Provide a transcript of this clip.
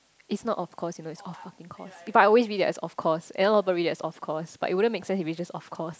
it's not of course you know it's of fucking course if I always read it that as of course and everyone also read that as of course but it wouldn't make sense if it's just of course